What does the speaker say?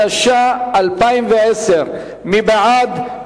התש"ע 2010. מי בעד?